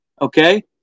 okay